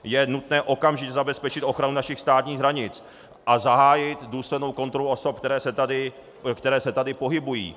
Je nutné okamžitě zabezpečit ochranu našich státních hranic a zahájit důslednou kontrolu osob, které se tady pohybují.